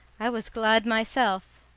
i was glad myself.